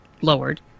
lowered